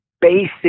basic